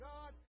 God